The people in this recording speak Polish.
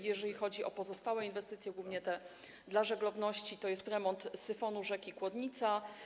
Jeżeli chodzi o pozostałe inwestycje, głównie te dla żeglowności, to jest remont syfonu rzeki Kłodnica.